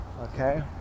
okay